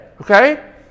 okay